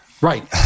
Right